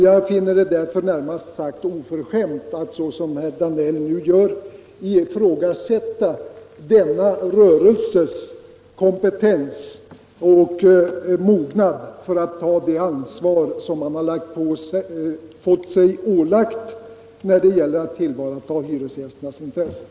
Jag finner det därför i det närmaste oförskämt att, såsom herr Danell nu gör, ifrågasätta denna rörelses kompetens och mognad att ta det ansvar som den fått sig ålagt när det gäller att tillvarata hyresgästernas intressen.